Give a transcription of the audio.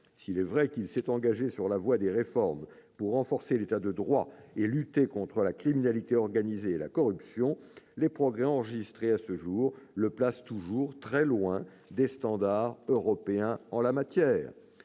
S'il est vrai qu'il s'est engagé sur la voie des réformes pour renforcer l'État de droit et lutter contre la criminalité organisée et la corruption, les progrès enregistrés à ce jour n'empêchent pas qu'il soit toujours très éloigné des standards européens en la matière.